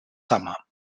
summer